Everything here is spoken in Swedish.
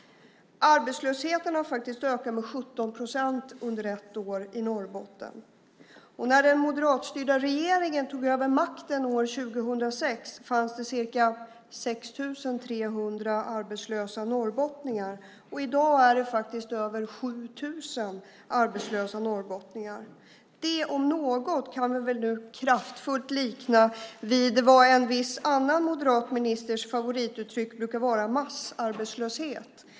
Arbetslösheten har faktiskt ökat med 17 procent under ett år i Norrbotten. När den moderatstyrda regeringen tog över makten år 2006 fanns det ca 6 300 arbetslösa norrbottningar. I dag är det faktiskt över 7 000 arbetslösa norrbottningar. Det om något kan vi väl nu kraftfullt likna vid vad som brukar vara en viss annan moderat ministers favorituttryck: massarbetslöshet.